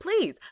Please